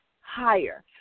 higher